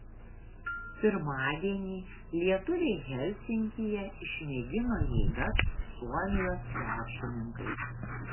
pirmadienį lietuviai helsinkyje išmėgino jėgas su suomijos krepšininkais